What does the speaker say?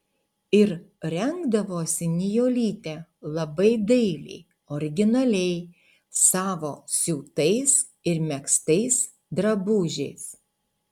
ir rengdavosi nijolytė labai dailiai originaliai savo siūtais ir megztais drabužiais